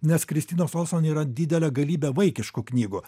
nes kristinos olson yra didelė galybė vaikiškų knygų